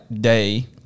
day